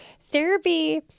therapy